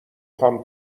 خوام